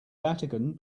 vatican